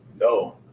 No